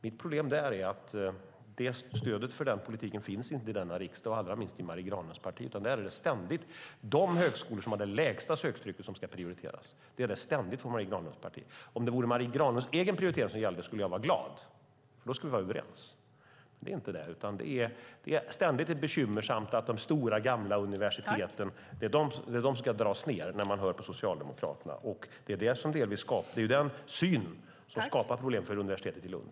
Mitt problem är att det inte finns stöd för den politiken i denna riksdag, allra minst i Marie Granlunds parti. Där är det ständigt de högskolor som har det lägsta söktrycket som ska prioriteras. Om det vore Marie Granlunds egen prioritering som gällde skulle jag vara glad, för då vore vi överens. Men det är inte så. Det är ständigt vid de stora gamla universiteten som det ska dras ned när man hör på Socialdemokraterna, vilket är bekymmersamt. Det är den synen som har skapat problem för universitetet i Lund.